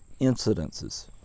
incidences